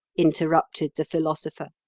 interrupted the philosopher,